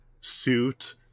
suit